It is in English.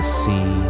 see